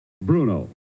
Bruno